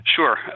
Sure